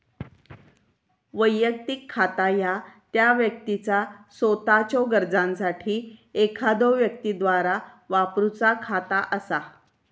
वैयक्तिक खाता ह्या त्या व्यक्तीचा सोताच्यो गरजांसाठी एखाद्यो व्यक्तीद्वारा वापरूचा खाता असा